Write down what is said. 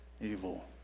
evil